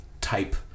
type